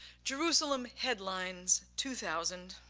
jerusalem headlines two thousand,